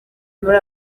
muri